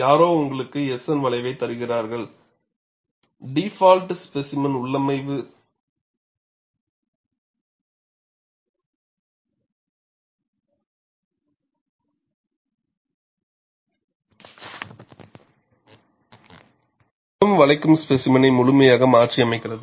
யாரோ உங்களுக்கு S N வளைவைத் தருகிறார்கள் டிபால்டு ஸ்பேசிமென் உள்ளமைவு சுழலும் வளைக்கும் ஸ்பேசிமெனை முழுமையாக மாற்றியமைக்கிறது